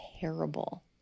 terrible